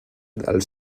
del